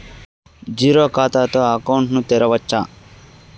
Zero ఖాతా తో account ను తెరవచ్చా?